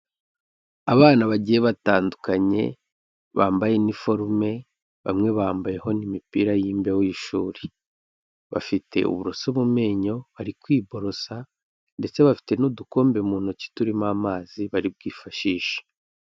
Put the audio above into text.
Abana bagiye batandukanye, bambaye iniforume, bamwe bambayeho n'imipira y'imbeho y'ishuri. Bafite uburoso mu menyo bari kwiborosa ndetse bafite n'udukombe mu ntoki turimo amazi bari bwifashishe.